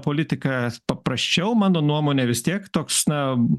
politika paprasčiau mano nuomone vis tiek toks na